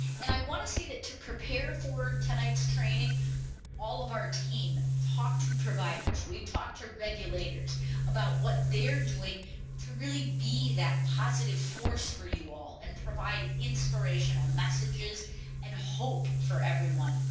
and i want to say that to prepare for tonight's training all of our team talked to providers. we talked to regulators about what they're doing to really be that positive force for you all and provide inspirational messages and hope for everyone.